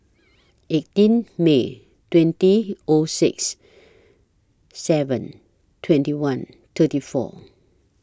eighteen May twenty O six seven twenty one thirty four